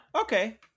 okay